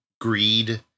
greed